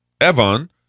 Evon